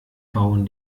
bauen